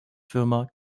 firma